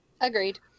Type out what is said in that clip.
Agreed